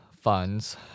funds